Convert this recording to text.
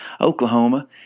Oklahoma